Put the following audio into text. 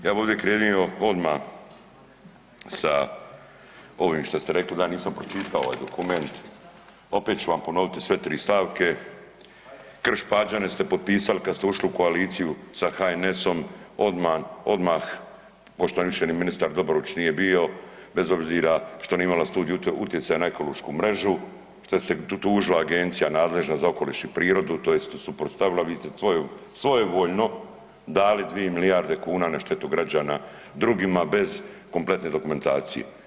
Ja bi ovdje krenio odma sa ovim šta ste rekli da ja nisam pročitao ovaj dokument, opet ću vam ponoviti sve tri stavke, Krš-Pađene ste potpisali kad ste ušli u koaliciju sa HNS-om odman, odmah pošto vam više ni ministar Dobrović nije bio bez obzira što nije imala studiju utjecaja na ekološku mrežu, što je se tužila agencija nadležna za okoliš i prirodu, tj. suprotstavila vi ste svojevoljno dali 2 milijarde kuna na štetu građana drugima bez kompletne dokumentacije.